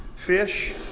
Fish